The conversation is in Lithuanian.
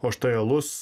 o štai alus